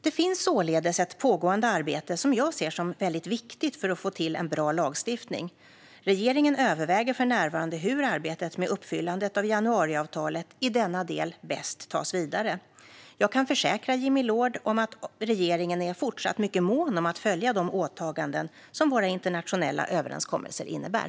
Det finns således ett pågående arbete som jag ser som väldigt viktigt för att få till en bra lagstiftning. Regeringen överväger för närvarande hur arbetet med uppfyllandet av januariavtalet i denna del bäst tas vidare. Jag kan försäkra Jimmy Loord om att regeringen fortsatt är mycket mån om att följa de åtaganden som våra internationella överenskommelser innebär.